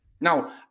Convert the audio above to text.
Now